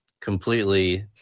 completely